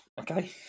Okay